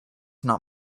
not